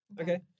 Okay